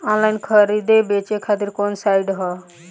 Online खरीदे बेचे खातिर कवन साइड ह?